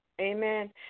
Amen